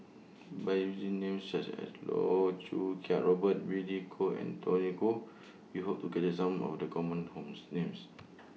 By using Names such as Loh Choo Kiat Robert Billy Koh and Tony Khoo We Hope to capture Some of The Common Homes Names